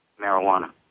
marijuana